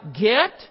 get